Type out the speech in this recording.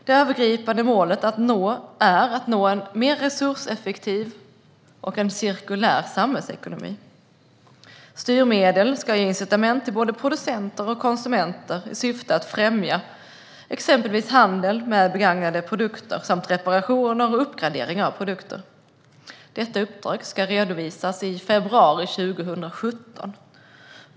Det övergripande målet är att nå en mer resurseffektiv och cirkulär samhällsekonomi. Styrmedel ska ge incitament till både producenter och konsumenter i syfte att främja exempelvis handel med begagnade produkter samt reparationer och uppgradering av produkter. Detta uppdrag ska redovisas i februari 2017.